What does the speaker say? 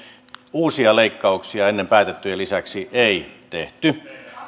uusia leikkauksia ennen päätettyjen lisäksi ei tehty